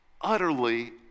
utterly